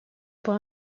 pour